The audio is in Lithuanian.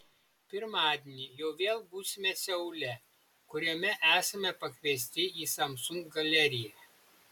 pirmadienį jau vėl būsime seule kuriame esame pakviesti į samsung galeriją